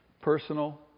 personal